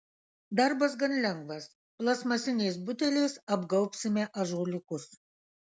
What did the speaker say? darbas gan lengvas plastmasiniais buteliais apgaubsime ąžuoliukus